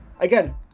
again